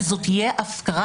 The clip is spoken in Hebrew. כי זו תהיה הפקרה.